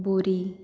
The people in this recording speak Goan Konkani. बोरीं